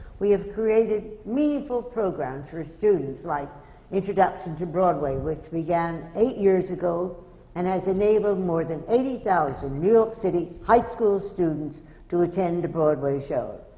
we have created meaningful programs for students, like introduction to broadway, which began eight years ago and has enabled more than eighty thousand new york city high school students to attend a broadway show,